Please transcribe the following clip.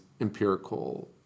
empirical